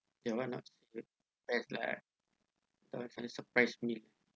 that one not the best lah don't kind of surprise me